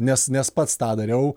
nes nes pats tą dariau